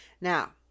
now